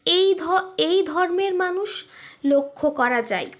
এই এই ধর্মের মানুষ লক্ষ্য করা যায়